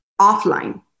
offline